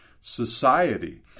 society